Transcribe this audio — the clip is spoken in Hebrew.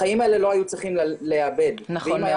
החיים האלה לא היו צריכים לאבד ואם היה